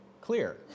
clear